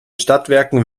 stadtwerken